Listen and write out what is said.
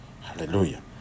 Hallelujah